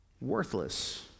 worthless